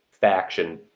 faction